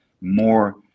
more